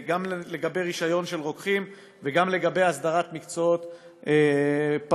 גם לגבי רישיון של רוקחים וגם לגבי הסדרת מקצועות פארה-רפואיים.